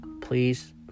please